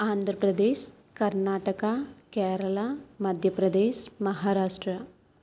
Andhra Pradesh Karnataka Kerala Madhya Pradesh Maharashtra